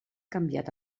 canviat